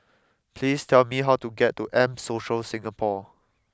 please tell me how to get to M Social Singapore